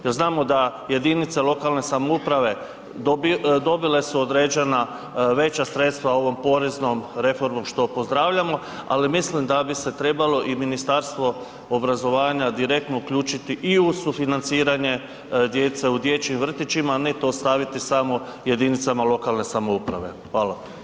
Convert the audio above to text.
Jer znamo da jedinice lokalne samouprave dobile su određena veća sredstva ovom poreznom reformom što pozdravljamo, ali mislim da bi se trebalo i Ministarstvo obrazovanja direktno uključiti i u sufinanciranje djece u dječjim vrtićima, a ne to ostaviti samo jedinicama lokalne samouprave.